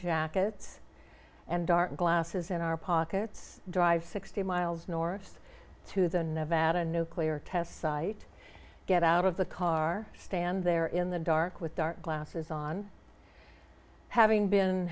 jackets and dark glasses in our pockets drive sixty miles north to the never had a nuclear test site get out of the car stand there in the dark with dark glasses on having been